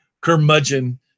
curmudgeon